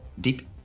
deep